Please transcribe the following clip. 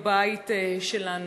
בבית שלנו.